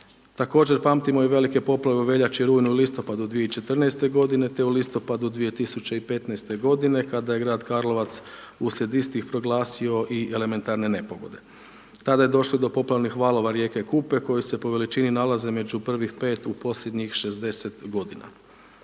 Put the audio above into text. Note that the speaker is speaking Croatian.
Također pamtimo i velike poplave u veljači, rujnu i listopadu 2014.-te godine, te u listopadu 2015.-te godine, kada je grad Karlovac uslijed istih proglasio i elementarne nepogode. Tada je došlo do poplavnih valova rijeke Kupe koje se po veličini nalaze među prvih 5 u posljednjih 60 godina.